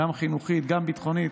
גם חינוכית, גם ביטחונית,